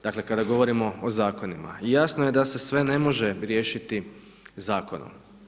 Dakle, kada govorimo o zakonima, jasno je da se sve ne može riješiti zakonom.